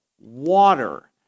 water